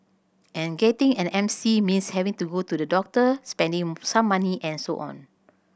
and getting an M C means having to go to the doctor spending some money and so on